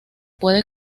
puede